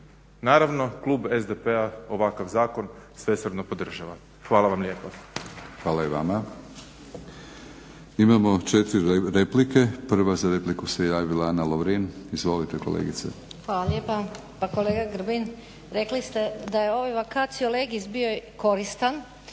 Naravno klub SDP ovakav zakon svesrdno podržava. Hvala vam lijepa.